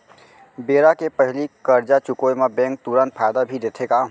बेरा के पहिली करजा चुकोय म बैंक तुरंत फायदा भी देथे का?